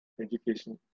education